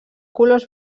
colors